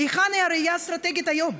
היכן היא הראייה האסטרטגית היום?